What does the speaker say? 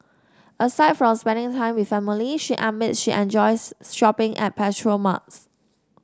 aside from spending time with family she admits she enjoys shopping at petrol marts